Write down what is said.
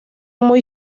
muy